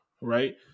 right